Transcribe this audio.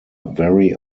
very